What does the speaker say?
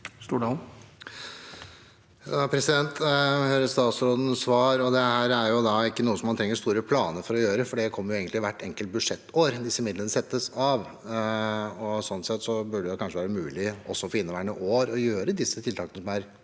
(FrP) Jeg hører stats- rådens svar. Dette er ikke noe man trenger store planer for å gjøre, for det kommer egentlig hvert enkelt budsjettår. Disse midlene settes av. Slik sett burde det kanskje være mulig også for inneværende år å gjøre disse tiltakene, som er